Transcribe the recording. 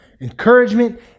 encouragement